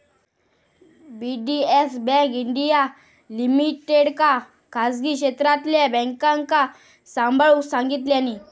DBS bank India लिमिटेडका खासगी क्षेत्रातल्या बॅन्कांका सांभाळूक सांगितल्यानी